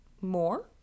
more